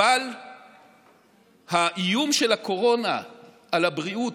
אבל האיום של הקורונה על הבריאות,